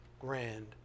grand